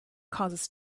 causes